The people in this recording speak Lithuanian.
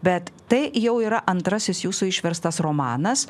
bet tai jau yra antrasis jūsų išverstas romanas